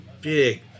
big